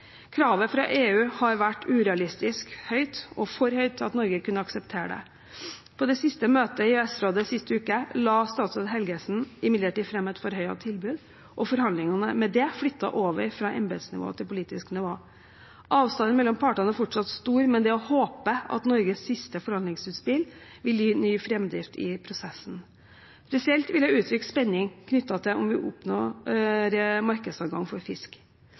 Kravet fra EU har vært urealistisk høyt og for høyt til at Norge kunne akseptere det. På det siste møtet i EØS-rådet, sist uke, la statsråd Helgesen imidlertid fram et forhøyet tilbud, og forhandlingene er med det flyttet over fra embetsnivå til politisk nivå. Avstanden mellom partene er fortsatt stor, men det er å håpe at Norges siste forhandlingsutspill vil gi ny framdrift i prosessen. Spesielt vil jeg uttrykke spenning knyttet til om vi oppnår markedsadgang for fisk.